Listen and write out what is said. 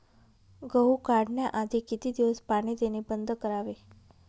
गहू काढण्याआधी किती दिवस पाणी देणे बंद करावे?